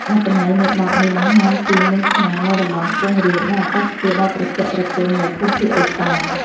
អត្ថន័យនៃបទនេះបានបង្ហាញពីមន្តស្នេហ៍នៃតំបន់ខ្ពង់រាប និងអាកាសធាតុដ៏ត្រជាក់ត្រជុំនៃភូមិភាគឦសាន។